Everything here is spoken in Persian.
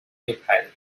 میپرید